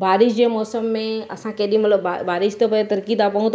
बारिश जे मौसम में असां केॾीमहिल बारिश त पए तिरकी था पऊं